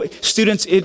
Students